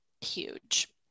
huge